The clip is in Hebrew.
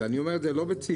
אני אומר את זה לא בציניות,